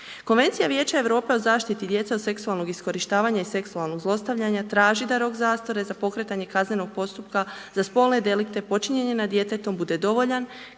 Konvencija Vijeća Europe o zaštiti djece od seksualnog iskorištavanja i seksualnog zlostavljanja traži da rok zastare za pokretanje kaznenog postupka, za spolne delikte počinjene nad djetetom bude dovoljan